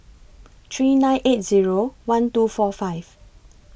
three nine eight Zero one two four five